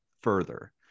further